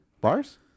Bars